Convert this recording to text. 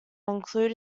include